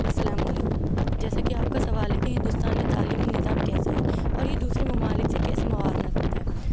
السّلام علیکم جیسا کہ آپ کا سوال ہے کہ ہندوستان میں تعلیمی نظام کیسا ہے اور یہ دوسرے ممالک سے کیسے موازنہ کرتا ہے